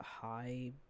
high